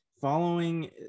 following